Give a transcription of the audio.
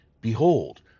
behold